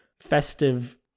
festive